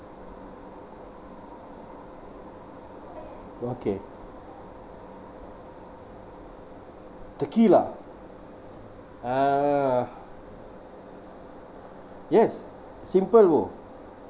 okay tequila a'ah yes simple bro